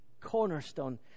cornerstone